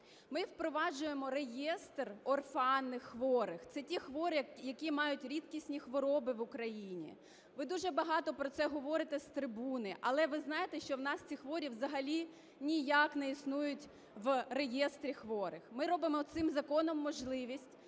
Ми впроваджуємо реєстр орфанних хворих. Це ті хворі, які мають рідкісні хвороби в Україні. Ви дуже багато про це говорите з трибуни, але ви знаєте, що в нас ці хворі взагалі ніяк не існують в реєстрі хворих? Ми робимо цим законом можливість,